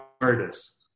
artists